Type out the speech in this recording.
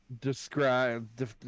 Describe